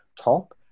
top